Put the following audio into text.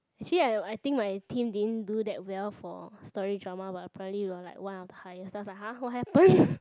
actually I I think my team didn't do that well for story drama but apparently we are like one of the highest like !huh! what happen